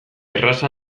erraz